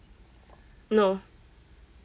no